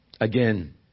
Again